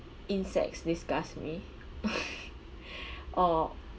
insects disgust me or